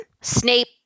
Snape